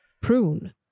prune